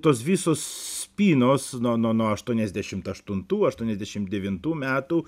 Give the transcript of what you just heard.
tos visos spynos nuo nuo nuo aštuoniasdešimt aštuntų aštuoniasdešimt devintų metų